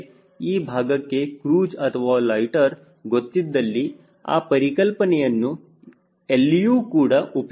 ಈ ಭಾಗಕ್ಕೆ ಕ್ರೂಜ್ ಅಥವಾ ಲೊಯ್ಟ್ಟೆರ್ ಗೊತ್ತಿದ್ದಲ್ಲಿ ಆ ಪರಿಕಲ್ಪನೆಯನ್ನು ಎಲ್ಲಿಯೂ ಕೂಡ ಉಪಯೋಗಿಸುವುದು